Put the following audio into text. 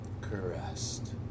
caressed